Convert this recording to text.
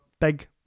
big